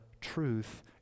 truth